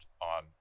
on